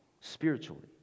spiritually